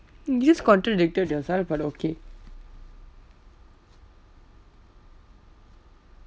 you just contradicted yourself but okay